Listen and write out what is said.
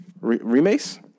Remakes